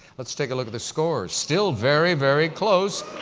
let's take a look at the scores. still very, very close.